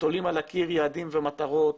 שתולים על הקיר יעדים ומטרות,